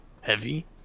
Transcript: Heavy